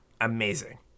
Amazing